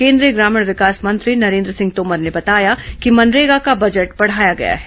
केन्द्रीय ग्रामीण विकास मंत्री नरेन्द्र सिंह तोमर ने बताया कि मनरेगा का बजट बढ़ाया गया है